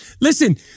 Listen